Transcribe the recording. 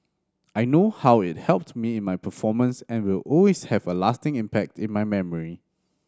I know how it helped me in my performance and will always have a lasting impact in my memory